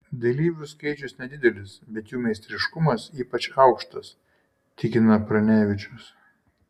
dalyvių skaičius nedidelis bet jų meistriškumas ypač aukštas tikina pranevičius